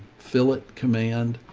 fill it command.